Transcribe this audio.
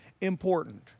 important